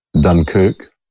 Dunkirk